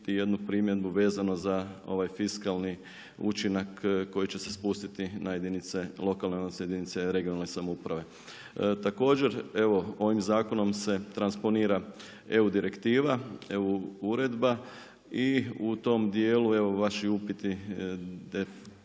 jednu primjedbu vezano za ovaj fiskalni učinak koji će se spustiti na jedinice lokalne, odnosno jedinice regionalne samouprave. Također evo ovim zakonom se transponira EU direktiva, EU uredba i u tom dijelu evo vaši upiti koji su